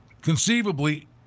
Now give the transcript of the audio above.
conceivably